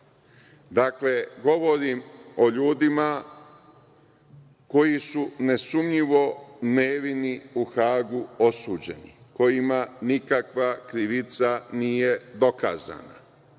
Dakle, govorim o ljudima koji su nesumnjivo nevini u Hagu osuđeni, kojima nikakva krivica nije dokazana.